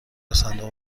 صندوق